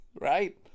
right